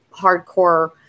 hardcore